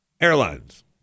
airlines